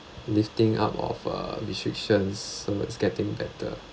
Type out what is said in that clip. lifting up of uh restrictions so it's getting better